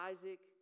Isaac